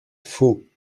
faux